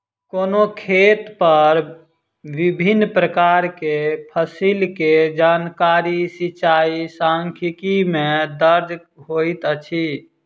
कोनो खेत पर विभिन प्रकार के फसिल के जानकारी सिचाई सांख्यिकी में दर्ज होइत अछि